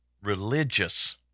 Religious